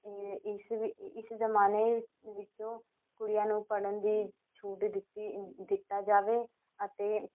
ਇਸ ਇਸ ਜਮਾਨੇ ਵਿਚੋਂ ਕੁੜੀਆਂ ਨੂੰ ਪੜ੍ਹਨ ਦੀ ਛੂਟ ਦਿੱਤੀ ਦਿੱਤਾ ਜਾਵੇ ਅਤੇ